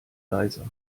leiser